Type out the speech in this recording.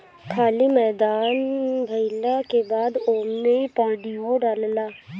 खाली मैदान भइला के बाद ओमे पानीओ डलाला